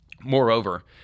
Moreover